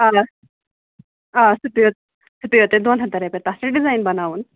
آ آ سُہ پیٚو سُہ پیٚو تۄہہِ دۄن ہَتَن رۄپیہِ تَتھ چھِ ڈِزایِن بَناوُن